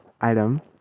item